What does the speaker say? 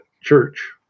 church